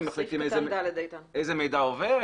הם מחליפים איזה מידע עובר,